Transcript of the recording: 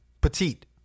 petite